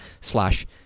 slash